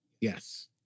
Yes